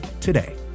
today